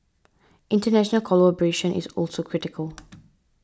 international collaboration is also critical